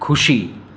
ખુશી